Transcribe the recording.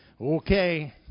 okay